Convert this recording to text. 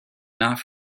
not